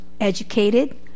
educated